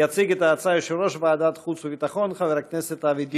יציג את ההצעה יושב-ראש ועדת חוץ וביטחון חבר הכנסת אבי דיכטר.